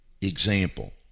Example